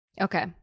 Okay